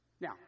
Now